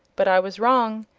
but i was wrong.